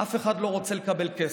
אף אחד לא רוצה לקבל כסף.